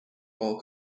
are